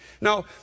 Now